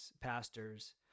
pastors